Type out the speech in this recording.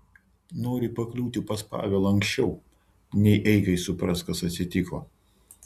noriu pakliūti pas pavelą anksčiau nei eikai supras kas atsitiko